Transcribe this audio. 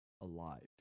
alive